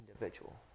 individual